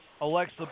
Alexa